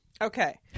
Okay